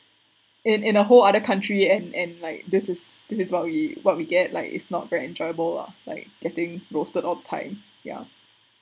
in in a whole other country and and like this is this is what we what we get like it's not very enjoyable lah like getting roasted all the time ya